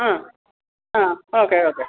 ആ ആ okay okay